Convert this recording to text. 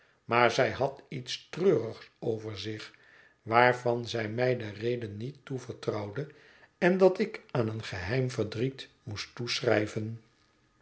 maar zij had iets treurigs over zich waarvan zij mij de reden niet toevertrouwde en dat ik aan een geheim verdriet moest toeschrijven